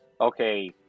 okay